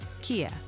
Kia